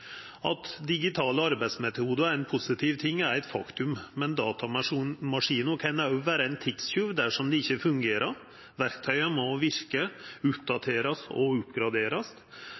At digitale arbeidsmetodar er ein positiv ting, er eit faktum, men datamaskinar kan òg vera ein tidstjuv dersom dei ikkje fungerer. Verktøya må verka, ein må oppgradera og